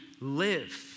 live